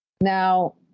Now